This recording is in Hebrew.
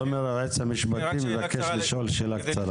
תומר היועץ המשפטי מבקש לשאול שאלה קצרה.